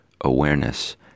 awareness